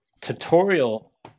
tutorial